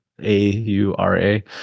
A-U-R-A